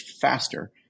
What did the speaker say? faster